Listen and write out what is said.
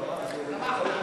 סליחה, סליחה, סליחה.